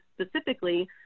specifically